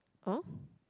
!huh!